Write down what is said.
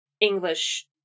English